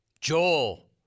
Joel